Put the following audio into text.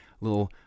little